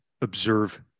observe